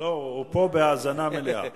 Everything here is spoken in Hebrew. הוא פה בהאזנה מלאה.